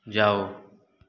जाओ